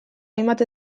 hainbat